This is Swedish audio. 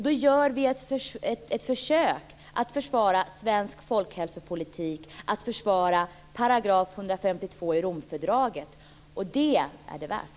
Då gör vi ett försök att försvara svensk folkhälsopolitik, att försvara § 152 i Romfördraget. Det är det värt.